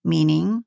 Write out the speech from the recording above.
Meaning